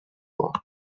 mois